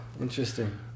interesting